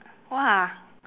!wah!